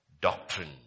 doctrine